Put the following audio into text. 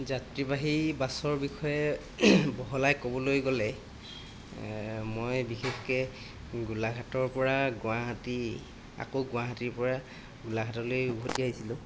যাত্ৰীবাহী বাছৰ বিষয়ে বহলাই ক'বলৈ গ'লে মই বিশেষকৈ গোলাঘাটৰ পৰা গুৱাহাটী আকৌ গুৱাহাটীৰ পৰা গোলাঘাটলৈ উভতি আহিছিলোঁ